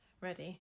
ready